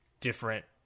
different